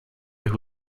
who